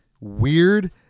weird